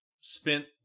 spent